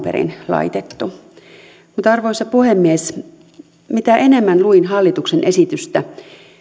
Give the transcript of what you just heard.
perin laitettu mutta arvoisa puhemies mitä enemmän luin hallituksen esitystä